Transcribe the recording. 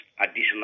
additional